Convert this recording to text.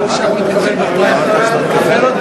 (חבר